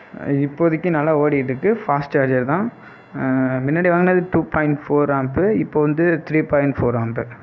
இப்போதிக்கு நல்லா ஓடிகிட்டு இருக்கு ஃபாஸ்ட் சார்ஜர்தான் முன்னாடி வாங்கினது டூ பாய்ண்ட் ஃபோர் ஆம்ப்பு இப்போ வந்து த்ரீ பாய்ண்ட் ஃபோர் ஆம்ப்பு